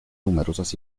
numerosas